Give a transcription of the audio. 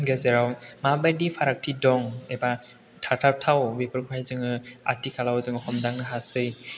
गेजेराव माबायदि फारागथि दं एबा थाथावथाव बेफोरखौहाय जों आथिखालाव जों हमदांनो हासै